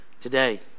today